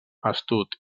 astut